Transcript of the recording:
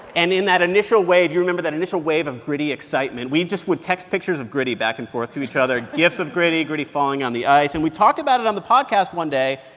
and in that initial wave you remember that initial wave of gritty excitement. we just would text pictures of gritty back and forth to each other, gifs of gritty, gritty following on the ice. and we talked about it on the podcast one day.